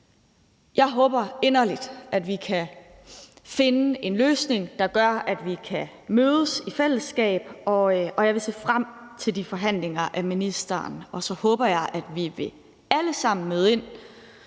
Jeg håber inderligt, at vi kan finde en løsning, der gør, at vi kan mødes i fællesskab, og jeg vil se frem til de forhandlinger hos ministeren. Og så håber jeg, at vi alle sammen vil møde ind